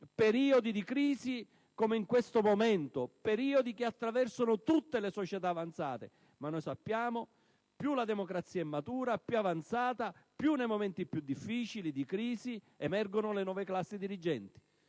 periodi di crisi, come in questo momento, periodi che attraversano tutte le società avanzate. Sappiamo che più la democrazia è matura, più è avanzata e più nei momenti maggiormente difficili e di crisi emergono le nuove classi dirigenti,